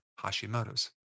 Hashimoto's